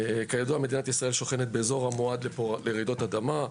כידוע מדינת ישראל שוכנת באזור מועד לרעידות האדמה,